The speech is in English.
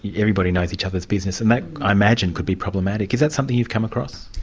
everybody knows each other's business and that, i imagine, could be problematic. is that something you've come across?